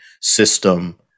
system